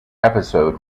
episode